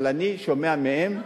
אבל אני שומע מהם,